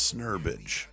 Snurbage